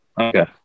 Okay